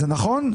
זה נכון?